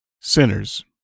Sinners